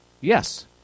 Yes